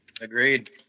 Agreed